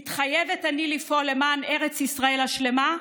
מתחייבת אני לפעול למען ארץ ישראל השלמה,